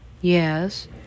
Yes